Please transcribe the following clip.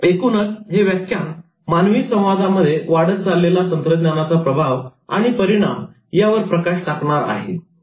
एकूणच हे व्याख्यान मानवी संवादामध्ये वाढत चाललेला तंत्रज्ञानाचा प्रभाव आणि परिणाम यावर प्रकाश टाकणारे आहे